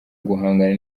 guhangana